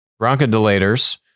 bronchodilators